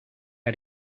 out